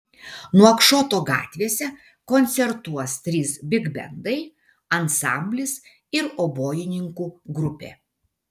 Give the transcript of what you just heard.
nuakšoto gatvėse koncertuos trys bigbendai ansamblis ir obojininkų grupė